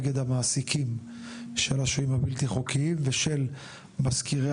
נגד המעסיקים של השוהים הבלתי חוקיים ושל משכירי